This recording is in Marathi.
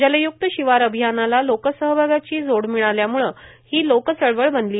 जलय्क्त शिवार अभियानाला लोकसहभागाची जोड मिळाल्याम्ळे ही लोकचळवळ बनली